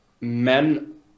men